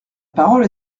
parole